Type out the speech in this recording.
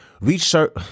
research